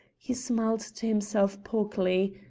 he smiled to himself pawkily,